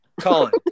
Colin